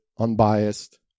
unbiased